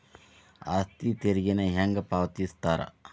ಆಸ್ತಿ ತೆರಿಗೆನ ಹೆಂಗ ಪಾವತಿಸ್ತಾರಾ